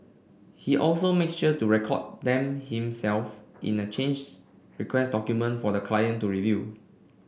he also make sure to record them himself in a change request document for the client to review